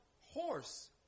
horse